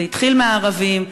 זה התחיל מערבים,